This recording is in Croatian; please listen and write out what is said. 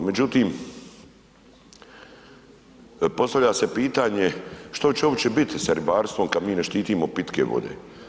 Međutim, postavlja se pitanje što će uopće biti sa ribarstvom kad mi ne štitimo pitke vode?